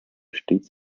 stets